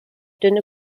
dünne